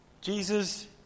Jesus